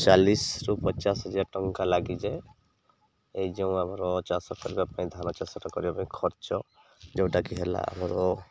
ଚାଲିଶିରୁୁ ପଚାଶ ହଜାର ଟଙ୍କା ଲାଗିଯାଏ ଏଇ ଯେଉଁ ଆମର ଚାଷ କରିବା ପାଇଁ ଧାନ ଚାଷଟା କରିବା ପାଇଁ ଖର୍ଚ୍ଚ ଯେଉଁଟାକି ହେଲା ଆମର